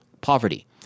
poverty